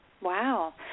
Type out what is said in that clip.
Wow